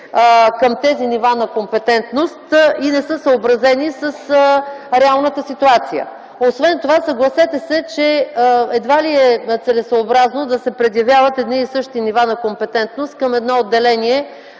към тези нива на компетентност и не са съобразени с реалната ситуация. Освен това, съгласете се, че едва ли е целесъобразно да се предявяват едни и същи нива на компетентност към едно отделение,